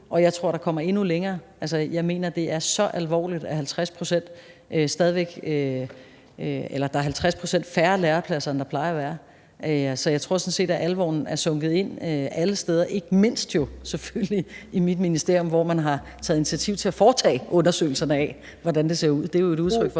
og jeg tror, at der kommer endnu længere vej. Altså, jeg mener, det er så alvorligt, at der er 50 pct. færre lærepladser, end der plejer at være. Så jeg tror sådan set, at alvoren er sunket ind alle steder, og jo ikke mindst i mit ministerium selvfølgelig, hvor man har taget initiativ til at foretage undersøgelserne af, hvordan det ser ud. Det er jo et udtryk for,